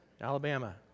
Alabama